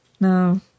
No